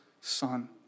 Son